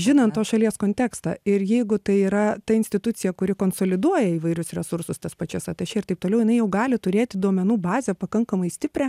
žinant tos šalies kontekstą ir jeigu tai yra ta institucija kuri konsoliduoja įvairius resursus tas pačias atašė ir taip toliau jinai jau gali turėti duomenų bazę pakankamai stiprią